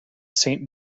saint